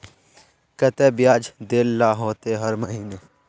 केते बियाज देल ला होते हर महीने?